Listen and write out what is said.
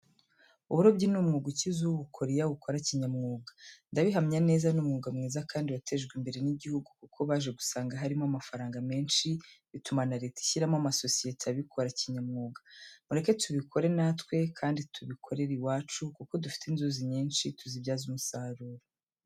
Uburobyi ni umwuga ukiza uwukora iyo awukora kinyamwuga. Ndabihamya neza ni umwuga mwiza kandi watejwe imbere n'igihugu kuko baje gusanga harimo amafaranga menshi bituma na Leta ishyiraho amasosiyete abikora kinyamwuga. Mureke tubikore natwe kandi tubikorere iwacu kuko dufite inzuzi nyinshi tuzibyaze umusaruro.